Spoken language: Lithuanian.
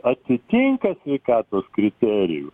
atitinka sveikatos kriterijų